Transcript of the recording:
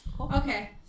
Okay